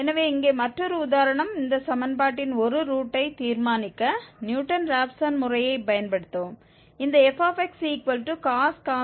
எனவே இங்கே மற்றொரு உதாரணம் இந்த சமன்பாட்டின் ஒரு ரூட்டை தீர்மானிக்க நியூட்டன் ராப்சன் முறையைப் பயன்படுத்தவும் இந்த fxcos x xex0